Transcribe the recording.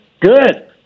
Good